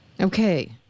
Okay